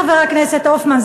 חבר הכנסת הופמן,